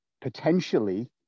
potentially